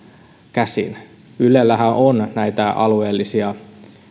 käsin ylellähän on näitä alueellisia